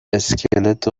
اسکلت